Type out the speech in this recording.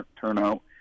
turnout